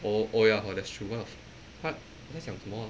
oh oh ya orh that's true one of 他他讲什么